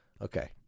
Okay